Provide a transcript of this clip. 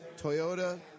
Toyota